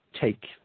take